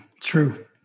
true